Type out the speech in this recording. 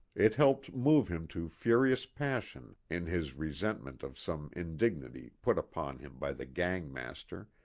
it helped move him to furious passion in his re sentment of some indignity put upon him by the gang-master,